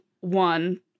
one